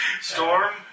Storm